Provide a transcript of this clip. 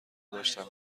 داشتند